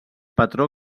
patró